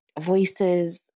Voices